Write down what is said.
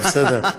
זה בסדר.